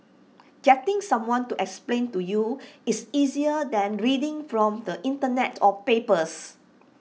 getting someone to explain to you is easier than reading from the Internet or papers